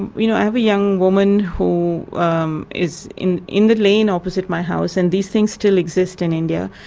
and you know every young woman who um is in in the lane opposite my house, and these things still exist in india,